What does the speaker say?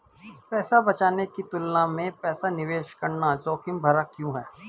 पैसा बचाने की तुलना में पैसा निवेश करना जोखिम भरा क्यों है?